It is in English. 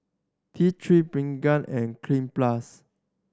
T Three Pregain and Cleanz Plus